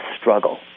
struggle